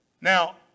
Now